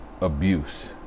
abuse